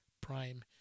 Prime